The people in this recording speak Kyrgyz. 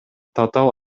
татаал